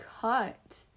Cut